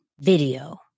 video